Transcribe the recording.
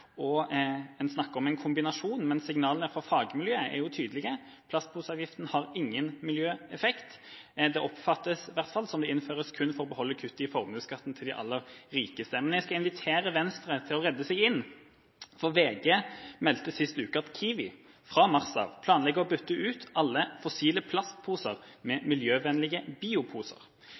ikke. En snakker om en kombinasjon, men signalene fra fagmiljøet er tydelige: Plastposeavgiften har ingen miljøeffekt, det oppfattes som at den innføres kun for å beholde kutt i formuesskatten til de aller rikeste. Men jeg skal invitere Venstre til å redde seg inn: VG meldte sist uke at Kiwi fra mars av planlegger å bytte ut alle fossile plastposer med miljøvennlige bioposer.